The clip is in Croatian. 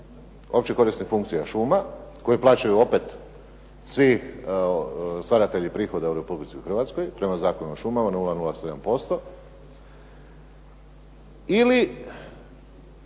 opći korisnik funkcija šuma, koje plaćaju opet svi stvaratelji prihoda u Republici Hrvatskoj, prema Zakonu o šumama 007% ili